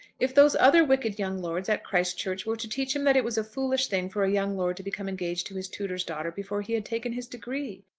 if those other wicked young lords at christ-church were to teach him that it was a foolish thing for a young lord to become engaged to his tutor's daughter before he had taken his degree!